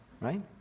right